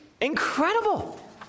incredible